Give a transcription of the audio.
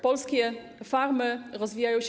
Polskie farmy rozwijają się.